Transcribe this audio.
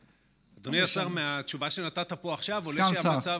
אדוני השר, מהתשובה שנתת פה עכשיו, סגן שר.